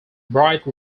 bright